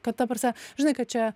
kad ta prasme žinai kad čia